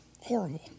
horrible